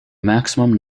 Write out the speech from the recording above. maximum